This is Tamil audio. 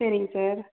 சரிங்க சார்